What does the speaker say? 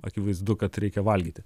akivaizdu kad reikia valgyti